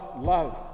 love